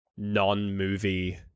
non-movie